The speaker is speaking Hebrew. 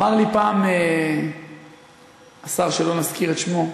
אמר לי פעם השר שלא נזכיר את שמו: